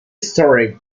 storey